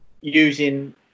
using